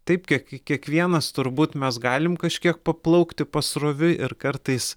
taip kiek kiekvienas turbūt mes galim kažkiek paplaukti pasroviui ir kartais